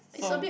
so